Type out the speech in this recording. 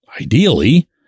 ideally